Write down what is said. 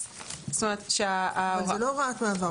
זה לא הוראת מעבר.